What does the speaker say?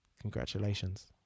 Congratulations